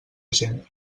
gent